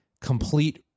complete